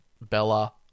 Bella